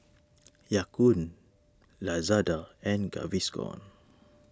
Ya Kun Lazada and Gaviscon